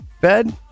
bed